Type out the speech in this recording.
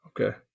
okay